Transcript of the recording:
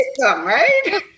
right